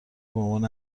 بعنوان